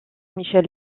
michel